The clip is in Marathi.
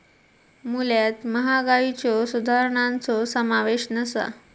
मूल्यात महागाईच्यो सुधारणांचो समावेश नसा